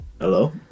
Hello